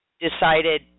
decided